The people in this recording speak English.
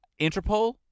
Interpol